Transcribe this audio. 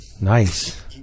Nice